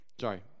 Sorry